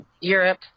Europe